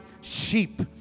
sheep